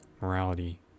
morality